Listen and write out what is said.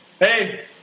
hey